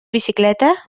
bicicleta